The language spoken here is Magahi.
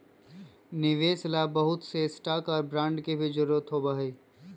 निवेश ला बहुत से स्टाक और बांड के भी जरूरत होबा हई